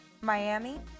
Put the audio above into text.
Miami